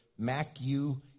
MacU